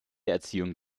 erziehung